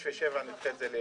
6 ו-7 נדחה.